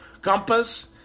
compass